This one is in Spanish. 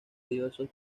diversos